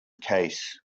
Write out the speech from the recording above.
case